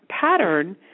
pattern